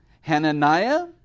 Hananiah